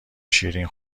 شیرین